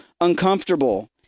uncomfortable